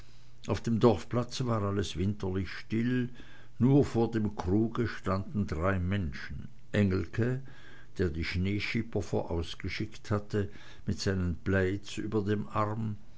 auf dem dorfplatze war alles winterlich still nur vor dem kruge standen drei menschen engelke der die schneeschipper vorausgeschickt hatte mit seinen plaids über dem arm